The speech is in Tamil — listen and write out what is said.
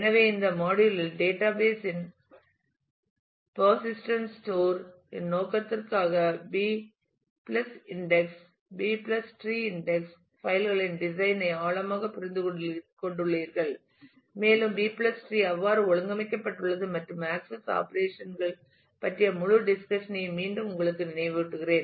எனவே இந்த மாடியுல் யில் டேட்டாபேஸ் இன் பிர்சிஸ்டன்ட் ஸ்டோர் இன் நோக்கத்திற்காக B index B index B tree tree index file களின் டிசைன் ஐ ஆழமாகப் புரிந்துகொண்டுள்ளீர்கள் மேலும் பி டிரீ B tree எவ்வாறு ஒழுங்கமைக்கப்பட்டுள்ளது மற்றும் ஆக்சஸ் ஆப்பரேஷன் கள் பற்றிய முழு டிஸ்கஷன் ஐயும் மீண்டும் உங்களுக்கு நினைவூட்டுகிறேன்